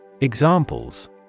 Examples